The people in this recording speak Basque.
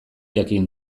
jakin